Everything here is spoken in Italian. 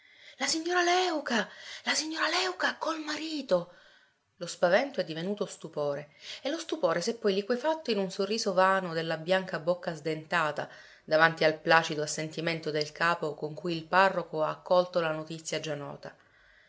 la signora léuca la signora léuca col marito lo spavento è divenuto stupore e lo stupore s'è poi liquefatto in un sorriso vano della bianca bocca sdentata davanti al placido assentimento del capo con cui il parroco ha accolto la notizia già nota